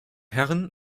herren